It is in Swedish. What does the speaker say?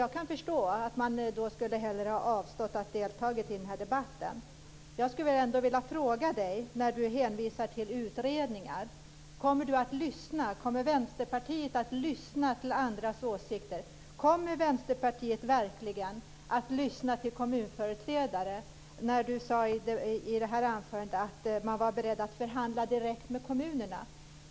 Jag kan därför förstå att man hellre avstår från att delta i debatten. Jag skulle ändå vilja ställa en fråga. Sten Lundström hänvisar till utredningar. Kommer han och Vänsterpartiet att lyssna till andras åsikter? Kommer Vänsterpartiet verkligen att lyssna till kommunföreträdare? Sten Lundström sade ju i sitt anförande att man var beredd att förhandla direkt med kommunerna.